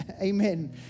amen